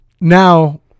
now